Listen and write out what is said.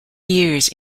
years